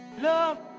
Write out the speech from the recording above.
Love